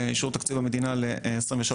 באישור תקציב המדינה ל-23-24,